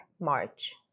March